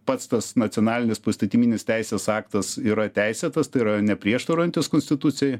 pats tas nacionalinis poįstatyminis teisės aktas yra teisėtas tai yra neprieštaraujantis konstitucijai